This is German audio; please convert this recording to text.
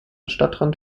stadtrand